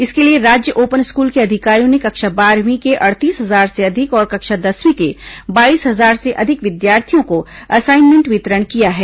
इसके लिए राज्य ओपन स्कूल के अधिकारियों ने कक्षा बारहवीं के अड़तीस हजार से अधिक और कक्षा दसवीं के बाईस हजार से अधिक विद्यार्थियों को असाइनमेंट वितरण किया है